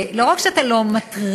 לא רק שאתה לא מטריח,